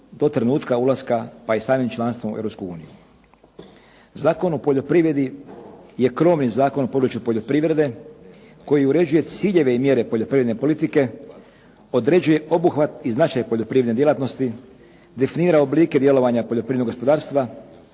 do trenutka ulaska pa i samim članstvom u Europskoj uniji. Zakon o poljoprivredi je krovni zakon o području poljoprivrede koji uređuje ciljeve i mjere poljoprivredne politike, određuje obuhvat iz naše poljoprivredne djelatnosti, definira oblike djelovanja poljoprivrednog gospodarstva,